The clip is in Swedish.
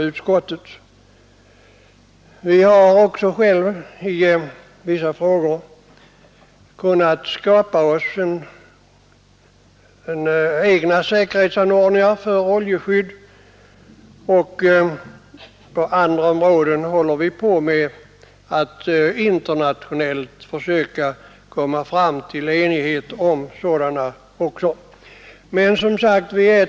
Vi har också kunnat skapa oss egna säkerhetsanordningar för oljeskydd, och på andra områden håller vi på med att försöka komma fram till internationell enighet om sådana anordningar.